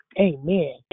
Amen